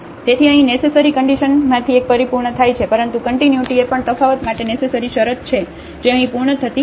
તેથી અહીં નેસેસરી કન્ડિશનમાંથી એક પરિપૂર્ણ થાય છે પરંતુ કન્ટિન્યુટી એ પણ તફાવત માટે નેસેસરી શરત છે જે અહીં પૂર્ણ થતી નથી